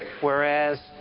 Whereas